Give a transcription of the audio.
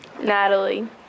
Natalie